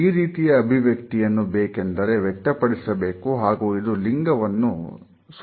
ಈ ರೀತಿಯ ಅಭಿವ್ಯಕ್ತಿಯನ್ನು ಬೇಕೆಂದರೆ ವ್ಯಕ್ತಪಡಿಸಬೇಕು ಹಾಗೂ ಇದು ಲಿಂಗವನ್ನು ಸೂಚಿಸುತ್ತದೆ